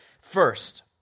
First